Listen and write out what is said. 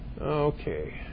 Okay